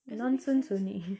nonsense only